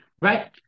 Right